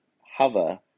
hover